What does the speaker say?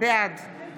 בעד